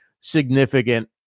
significant